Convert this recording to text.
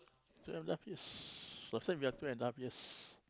two and half years last time we're two and half years